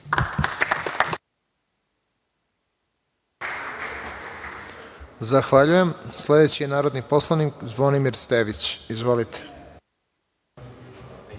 Zahvaljujem. Sledeći je narodni poslanik Zvonimir Stević. Izvolite.